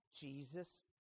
Jesus